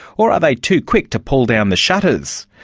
or are they too quick to pull down the shutters?